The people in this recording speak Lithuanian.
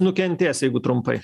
nukentės jeigu trumpai